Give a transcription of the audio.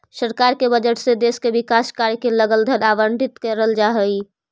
सरकार के बजट से देश के विकास कार्य के लगल धन आवंटित करल जा हई